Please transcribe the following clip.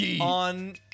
on